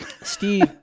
Steve